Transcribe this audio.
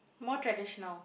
more traditional